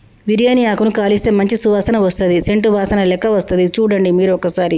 బిరియాని ఆకును కాలిస్తే మంచి సువాసన వస్తది సేంట్ వాసనలేక్క వస్తది చుడండి మీరు ఒక్కసారి